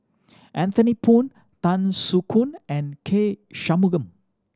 Anthony Poon Tan Soo Khoon and K Shanmugam